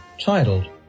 titled